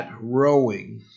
rowing